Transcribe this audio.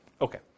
Okay